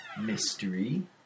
mystery